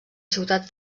ciutat